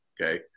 Okay